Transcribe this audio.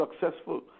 successful